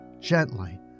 gently